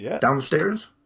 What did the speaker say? downstairs